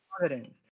evidence